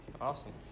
awesome